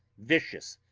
vicious,